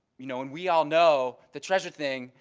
you know, and we all know the treasure thing,